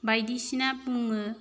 बायदिसिना बुङो